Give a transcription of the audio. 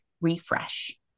refresh